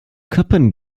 köppen